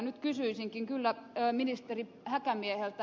nyt kysyisinkin kyllä ministeri häkämieheltä